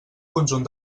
conjunt